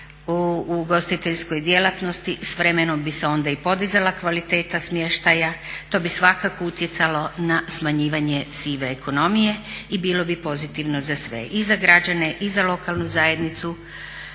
u ugostiteljskoj djelatnosti s vremenom bi se onda i podizala kvaliteta smještaja, to bi svakako utjecalo na smanjivanje sive ekonomije i bilo bi pozitivno za sve i za građane, i za lokalnu zajednicu